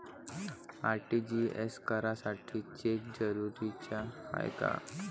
RTGS करासाठी cheque जरुरीचा हाय काय?